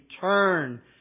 turn